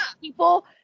people